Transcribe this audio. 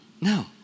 no